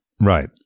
right